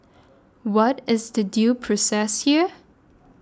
what is the due process here